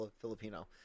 Filipino